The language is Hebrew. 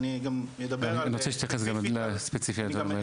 אני רוצה שתתייחס ספציפי לדבר הזה.